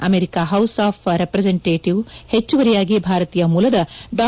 ಅಮೆರಿಕದ house of ರೆಪ್ರೆಸೆಂಟಟೀವ್ಗೆ ಹೆಚ್ಚುವರಿಯಾಗಿ ಭಾರತೀಯ ಮೂಲದ ಡಾ